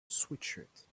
sweatshirt